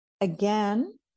Again